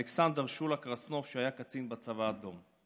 אלכסנדר שולה קרסנוב, שהיה קצין בצבא האדום.